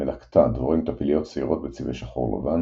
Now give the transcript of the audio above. מלקטה – דבורים טפיליות, שעירות, בצבעי שחור-לבן.